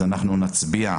אנחנו נצביע.